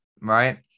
right